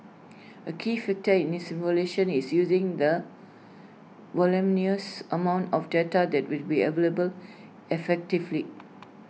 A key factor in this evolution is using the voluminous amount of data that will be available effectively